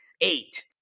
eight